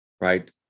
right